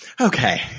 Okay